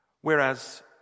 Whereas